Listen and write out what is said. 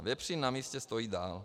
Vepřín na místě stojí dál.